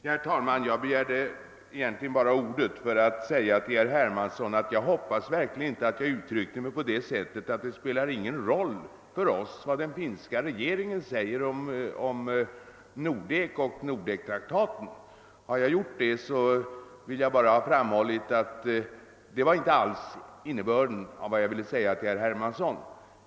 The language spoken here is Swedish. Herr talman! Jag begärde ordet egentligen bara för att säga till herr Hermansson, att jag verkligen hoppas att jag inte sagt att det inte spelar någon roll för oss vad den finska regeringen anser om Nordek och Nordektraktaten. Har jag uttryckt mig på det viset vill jag framhålla, att det inte var innebörden i det jag ville säga till herr Hermansson.